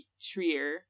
Trier